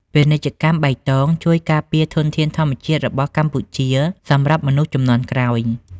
ពាណិជ្ជកម្មបៃតងជួយការពារធនធានធម្មជាតិរបស់កម្ពុជាសម្រាប់មនុស្សជំនាន់ក្រោយ។